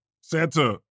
Santa